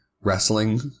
wrestling